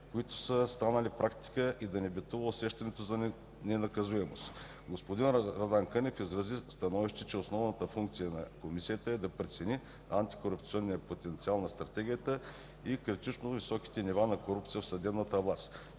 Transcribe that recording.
които са станали практика и да не битува усещането за ненаказуемост. Господин Радан Кънев изрази становище, че основната функция на Комисията е да прецени антикорупционния потенциал на Стратегията и критично високите нива на корупция в съдебната власт.